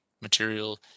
material